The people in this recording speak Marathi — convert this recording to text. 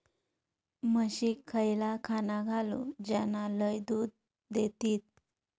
म्हशीक खयला खाणा घालू ज्याना लय दूध देतीत?